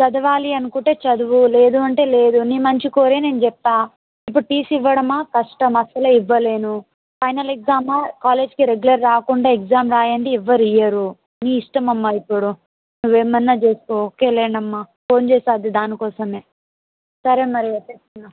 చదవాలి అనుకుంటే చదువు లేదు అంటే లేదు నీ మంచి కోరే నేను చెప్పాను ఇప్పుడు టీసీ ఇవ్వడమా కష్టం అసలే ఇవ్వలేను ఫైనల్ ఎగ్జామా కాలేజీకి రెగ్యులర్ రాకుండా ఎగ్జామ్ రాయంది ఎవరూ ఇవ్వరు నీ ఇష్టం అమ్మ ఇప్పుడు నువ్వు ఏమైనా చేసుకో ఓకే లేండమ్మా ఫోన్ చేసాను అది దానికోసమే సరే మరి అయితే ఇక